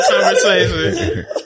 conversation